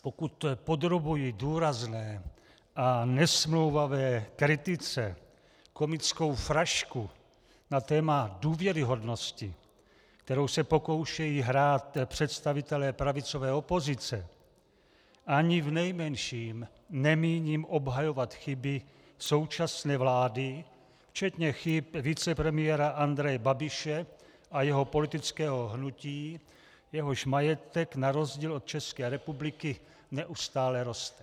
Pokud podrobuji důrazné a nesmlouvavé kritice komickou frašku na téma důvěryhodnosti, kterou se pokoušejí hrát představitelé pravicové opozice, ani v nejmenším nemíním obhajovat chyby současné vlády, včetně chyb vicepremiéra Andreje Babiše a jeho politického hnutí, jehož majetek na rozdíl od České republiky neustále roste.